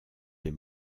des